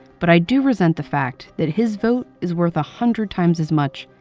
but i do resent the fact that his vote is worth a hundred times as much.